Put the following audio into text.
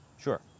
Sure